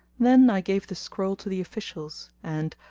then i gave the scroll to the officials and,